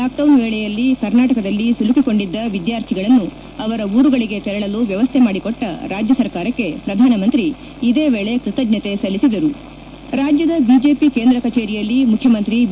lock down ವೇಳೆಯಲ್ಲಿ ಕರ್ನಾಟಕದಲ್ಲಿ ಸಿಲುಕಿಕೊಂಡಿದ್ದ ವಿದ್ಯಾರ್ಥಿಗಳನ್ನು ಅವರ ಊರುಗಳಿಗೆ ತೆರಳಲು ವ್ಯವಸ್ಥೆ ಮಾಡಿಕೊಟ್ಟ ರಾಜ್ಯ ಸರ್ಕಾರಕ್ಕೆ ಪ್ರಧಾನಮಂತ್ರಿ ಇದೇ ವೇಳೆ ಕೃತಜ್ಞತೆ ಸಲ್ಲಿಸಿದರು ರಾಜ್ಯದ ಬಿಜೆಪಿ ಕೇಂದ್ರ ಕಚೇರಿಯಲ್ಲಿ ಮುಖ್ಯಮಂತ್ರಿ ಬಿ